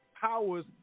powers